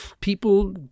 people